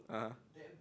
(uh huh)